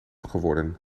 geworden